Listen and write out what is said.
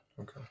Okay